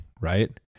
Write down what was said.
right